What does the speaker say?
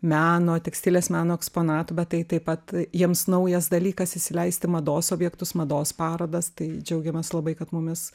meno tekstilės meno eksponatų bet tai taip pat jiems naujas dalykas įsileisti mados objektus mados parodas tai džiaugiamės labai kad mumis